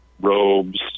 robes